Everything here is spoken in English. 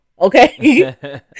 Okay